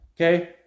Okay